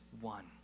one